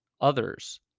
others